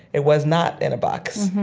it was not in a box.